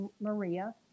Maria